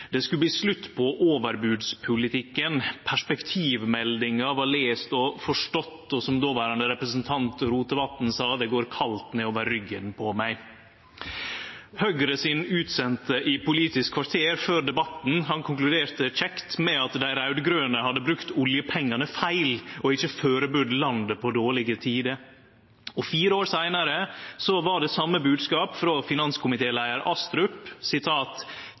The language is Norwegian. det skulle bli i statsfinansane. Det skulle bli slutt på overbodspolitikken. Perspektivmeldinga var lest og forstått. Og som dåverande representant Rotevatn sa: Det går kaldt nedover ryggen på meg. Høgres utsende i Politisk kvarter før debatten konkluderte kjekt med at dei raud-grøne hadde brukt oljepengane feil og ikkje førebudd landet på dårlege tider. Fire år seinare var det same bodskapet frå finanskomitéleiar Astrup: